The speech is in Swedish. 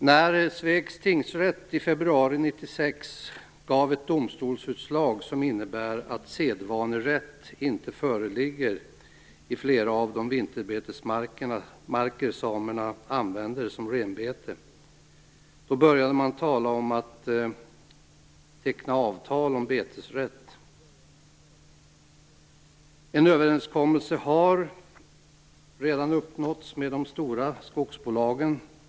När Svegs tingsrätt i februari 1996 gav ett domstolsutslag som innebär att sedvanerätt inte föreligger i flera av de vinterbetesmarker samerna använder till renbete började man tala om att teckna avtal om betesrätt. En överenskommelse har redan uppnåtts med de stora skogsbolagen.